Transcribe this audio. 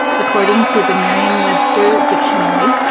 according to the miriam webster dictionary,